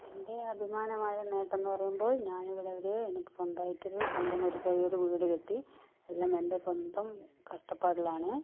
എൻ്റെ അഭിമാനമായ നേട്ടമെന്ന് പറയുമ്പോൾ ഞാനിവിടെ ഒര് എനിക്ക് സ്വന്തമായിട്ടൊരു സ്വന്തം ഒരു ചെറിയൊരു വീടു കെട്ടി എല്ലാം എൻ്റെ സ്വന്തം കഷ്ടപ്പാടിലാണ്